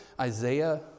Isaiah